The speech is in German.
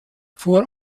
vor